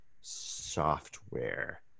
software